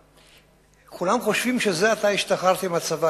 כולם חושבים שזה עתה השתחררתי מהצבא,